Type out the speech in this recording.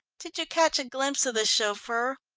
did you catch a glimpse of the chauffeur?